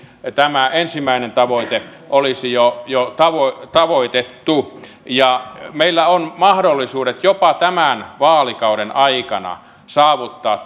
tämä ensimmäinen tavoite olisi jo jo tavoitettu tavoitettu meillä on mahdollisuudet jopa tämän vaalikauden aikana saavuttaa